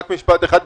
רק משפט אחד,